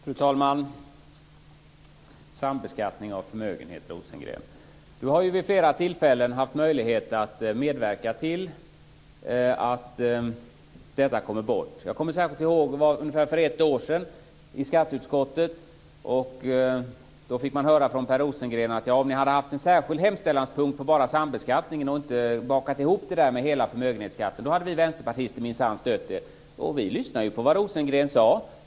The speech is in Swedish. Fru talman! När det gäller sambeskattning av förmögenhet har Per Rosengren vid flera tillfällen haft möjlighet att medverka till att denna kommer bort. Jag kommer särskilt ihåg hur det var för ett år sedan i skatteutskottet. Då fick man höra från Per Rosengren: Om ni hade haft en särskild hemställanspunkt som gällde bara sambeskattning och inte bakat ihop det med hela förmögenhetsbeskattningen, då hade vi vänsterpartister minsann stött er. Vi lyssnade ju på vad Rosengren sade.